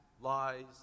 lies